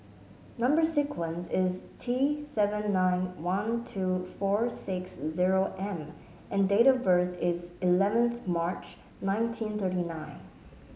number sequence is T seven nine one two four six zero M and date of birth is eleventh March nineteen thirty nine